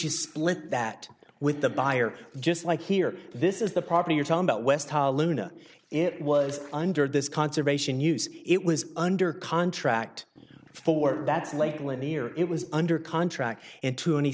you split that with the buyer just like here this is the property you're talking about west it was under this conservation use it was under contract for that's lake lanier it was under contract and to any